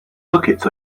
buckets